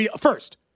First